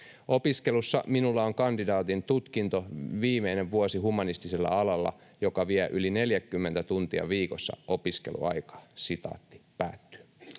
Opiskelussa minulla on kandidaatin tutkinto, viimeinen vuosi humanistisella alalla, joka vie yli 40 tuntia viikossa opiskeluaikaa.” ”Me